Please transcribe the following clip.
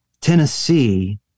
Tennessee